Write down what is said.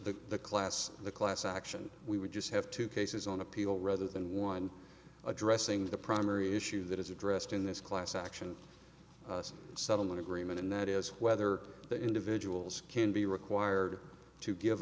to the class the class action we would just have two cases on appeal rather than one addressing the primary issue that is addressed in this class action settlement agreement and that is whether the individuals can be required to give